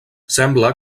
sembla